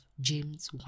James